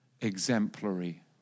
exemplary